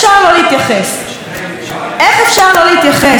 איך אפשר לא להתייחס לדברים כאלה?